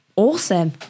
Awesome